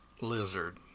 lizard